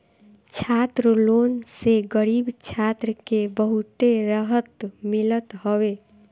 छात्र लोन से गरीब छात्र के बहुते रहत मिलत हवे